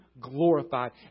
glorified